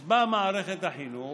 אז באה מערכת החינוך